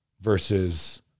versus